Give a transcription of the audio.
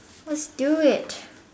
let's do it